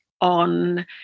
on